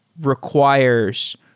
requires